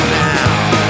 now